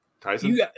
Tyson